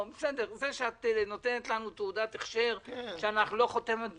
זה שאת נותנת לנו תעודת הכשר שאנחנו לא חותמת גומי,